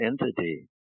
entity